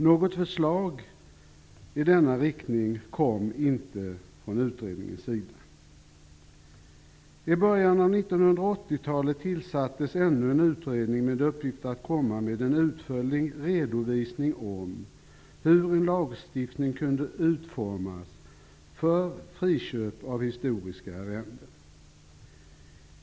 Något förslag i denna riktning kom inte från utredningen. I början av 1980-talet tillsattes ännu en utredning med uppgift att komma med en utförlig redovisning om hur en lagstiftning för friköp av historiska arrenden kunde utformas.